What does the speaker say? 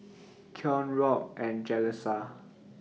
Keon Robb and Jaleesa